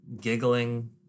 Giggling